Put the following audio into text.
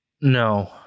No